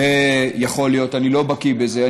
זה יכול להיות, אני לא בקי בזה.